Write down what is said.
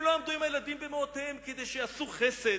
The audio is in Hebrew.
הם לא עמדו עם הילדים במאותיהם כדי שיעשו חסד,